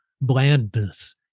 blandness